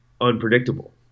unpredictable